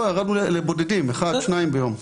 ירדנו לבודדים אחד-שניים ביום.